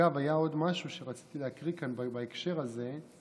אגב, היה עוד משהו שרציתי להקריא כאן בהקשר הזה.